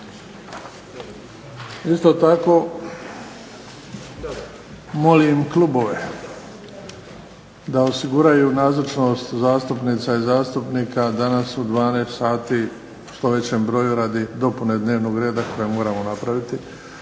Isto tako molim klubove da osiguraju nazočnost zastupnica i zastupnika danas u 12 sati u što većem broju radi dopune dnevnog reda koji moramo napraviti,